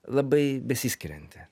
labai besiskirianti